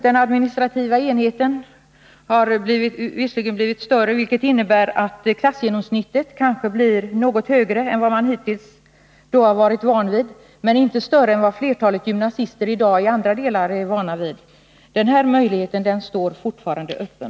Den administrativa enheten har visserligen blivit större, vilket innebär att klassgenomsnittet kanske blir något högre än vad man hittills har varit van vid, men inte större än vad flertalet gymnasister i dag i andra delar av landet är vana vid. Denna möjlighet står fortfarande öppen.